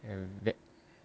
um that